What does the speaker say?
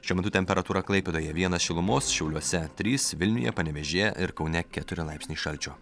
šiuo metu temperatūra klaipėdoje vienas šilumos šiauliuose trys vilniuje panevėžyje ir kaune keturi laipsniai šalčio